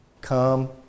Come